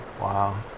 Wow